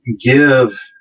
give